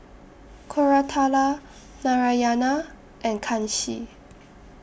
Koratala Narayana and Kanshi